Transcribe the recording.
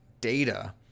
data